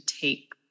take